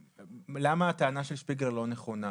למה הטענה של שפיגלר לא נכונה?